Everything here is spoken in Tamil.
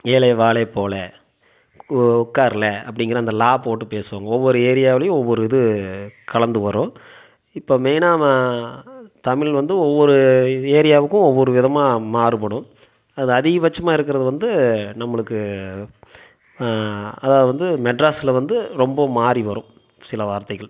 ஏலே வாலே போலே உ உக்காருலே அப்படிங்கிறது அந்த ல போட்டு பேசுவாங்க ஒவ்வொரு ஏரியாவிலையும் ஒவ்வொரு இது கலந்து வரும் இப்போ மெய்னாக மா தமிழ் வந்து ஒவ்வொரு ஏரியாவுக்கும் ஒவ்வொரு விதமாக மாறுபடும் அது அதிகபட்சமாக இருக்கிறது வந்து நம்மளுக்கு அதாவது வந்து மெட்ராஸில் வந்து ரொம்ப மாறி வரும் சில வார்த்தைகள்